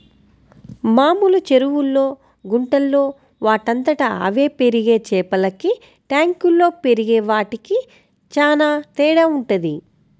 మామూలు చెరువుల్లో, గుంటల్లో వాటంతట అవే పెరిగే చేపలకి ట్యాంకుల్లో పెరిగే వాటికి చానా తేడా వుంటది